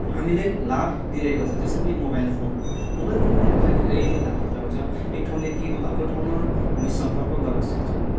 हामीलाई लाभ दिइरहेको छ जस्तै कि मोबाइल फोन मोबाइल फोनले हामीलाई धेरै नै लाभ पुऱ्याउँछ एक ठाउँदेखि अर्को ठाउँमा हामी सम्पर्क गर्नसक्छौँ